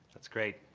that's great.